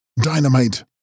Dynamite